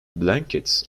blankets